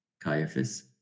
Caiaphas